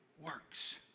works